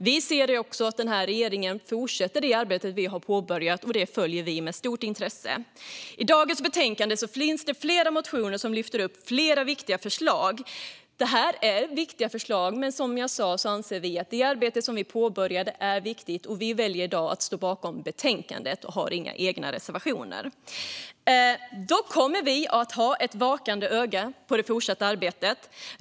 Vi ser också att den här regeringen fortsätter det arbetet, och detta följer vi med stort intresse. I dagens betänkande finns flera motioner som lyfter upp viktiga förslag. Det är viktiga förslag, men som jag sa anser vi att det arbete vi påbörjade är viktigt. Vi väljer i dag att stå bakom utskottets förslag och har inga egna reservationer. Dock kommer vi att hålla ett vakande öga på det fortsatta arbetet.